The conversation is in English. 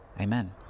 amen